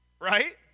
right